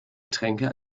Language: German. getränke